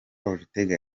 ortega